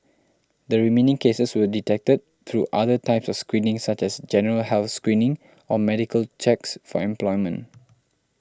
the remaining cases were detected through other types of screening such as general health screening or medical checks for employment